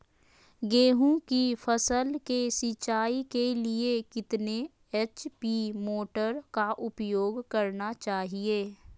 गेंहू की फसल के सिंचाई के लिए कितने एच.पी मोटर का उपयोग करना चाहिए?